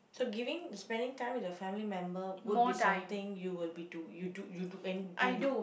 so giving spending time with your family member would be something you will be do you do you do when do